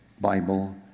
Bible